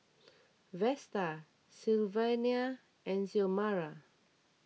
Vesta Sylvania and Xiomara